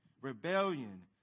rebellion